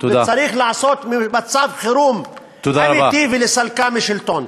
וצריך לעשות מצב חירום אמיתי ולסלקה משלטון.